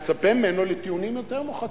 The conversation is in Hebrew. אני מצפה ממנו לטיעונים יותר מוחצים.